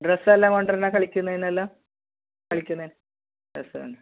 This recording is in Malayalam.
ഡ്രെസ്സ് എല്ലാം കൊണ്ടെരണാ കളിക്കുന്നതിന് എല്ലാം കളിക്കുന്നതിന് ഡ്രസ്സ് വേണം